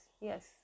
Yes